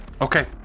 Okay